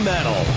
Metal